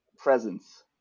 presence